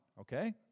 okay